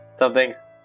Something's